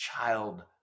child